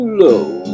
low